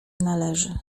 należy